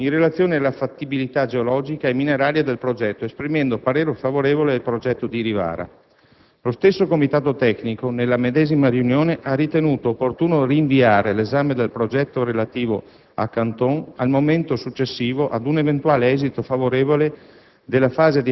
in relazione alla fattibilità geologica e mineraria del progetto, esprimendo parere favorevole al progetto di Rivara. Lo stesso comitato tecnico, nella medesima riunione, ha ritenuto opportuno rinviare l'esame del progetto relativo a Canton al momento successivo ad un eventuale esito favorevole